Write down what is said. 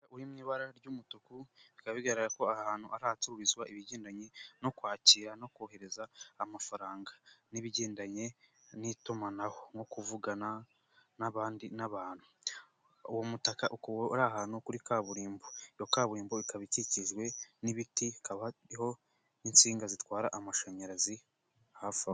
Umutaka uri mu ibara ry'umutuku bikaba bigaragara ko aha ahantu ari ahacururizwa ibigendanye no kwakira no kohereza amafaranga n'ibigendanye n'itumanaho nko kuvugana n'abantu. Uwo mutaka uri ahantu kuri kaburimbo, iyo kaburimbo ikaba ikikijwe n'ibiti, ikaba ifite n'insinga zitwara amashanyarazi hafi aho.